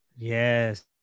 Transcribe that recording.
Yes